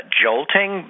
jolting